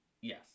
Yes